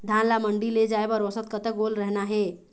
धान ला मंडी ले जाय बर औसत कतक ओल रहना हे?